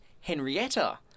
Henrietta